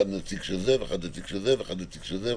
אחד נציג כזה ואחד נציג כזה ואחד נציג כזה.